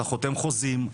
אתה חותם חוזים,